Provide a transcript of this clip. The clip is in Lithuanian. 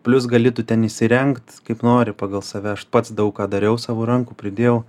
plius gali tu ten įsirengt kaip nori pagal save aš pats daug ką dariau savo rankų pridėjau